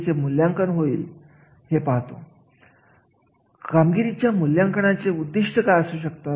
यामध्ये कनिष्ठ मध्यम आणि उच्च अशा स्वरूपाचे कार्य असू शकतात